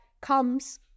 comes